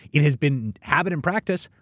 it has been habit and practice.